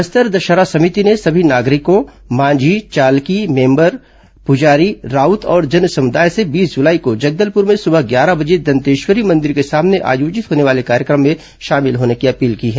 बस्तर दशहरा समिति ने सभी नागरिकों माज्ञी चालकी मेंबर पुजारी राउत और जनसमुदाय से बीस जुलाई को जगदलपुर में सुबह ग्यारह बजे दंतेश्वरी मंदिर के सामने आयोजित होने वाले कार्यक्रम में शामिल होने की अपील की है